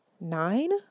nine